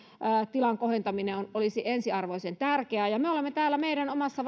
tilan kohentaminen olisi ensiarvoisen tärkeää ja me olemme täällä meidän omassa